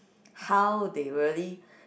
how they really